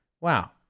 wow